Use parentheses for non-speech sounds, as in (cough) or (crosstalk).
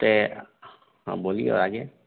(unintelligible) हाँ बोलिए और आगे